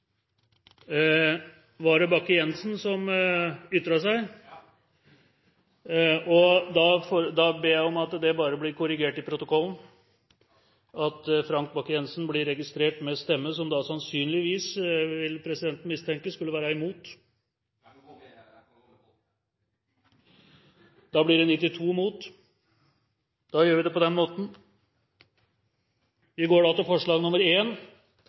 det Bakke-Jensen som ytret seg? Ja! Jeg er ikke registrert. Da ber jeg om at det blir korrigert i protokollen at Frank Bakke-Jensen blir registrert med stemme som sannsynligvis – vil presidenten mistenke – skulle være imot? Jeg får gå med folket. Forslagene fra Venstre ble med 92 mot 1 stemme ikke bifalt. Da gjør vi det på den måten. Det voteres over forslag